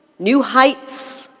new heights,